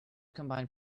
combined